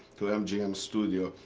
to mgm studio.